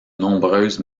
nombreuses